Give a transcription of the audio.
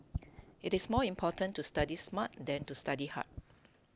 it is more important to study smart than to study hard